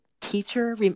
teacher